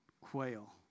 Quail